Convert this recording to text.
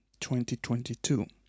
2022